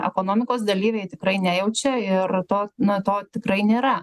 ekonomikos dalyviai tikrai nejaučia ir to na to tikrai nėra